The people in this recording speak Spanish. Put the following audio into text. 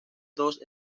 dos